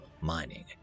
mining